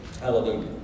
Hallelujah